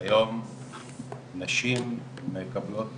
היום נשים מקבלות